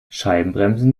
scheibenbremsen